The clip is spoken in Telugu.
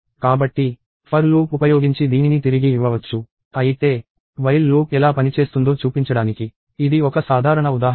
కాబట్టి ఫర్ లూప్ ఉపయోగించి దీనిని తిరిగి ఇవ్వవచ్చు అయితే while లూప్ ఎలా పనిచేస్తుందో చూపించడానికి ఇది ఒక సాధారణ ఉదాహరణ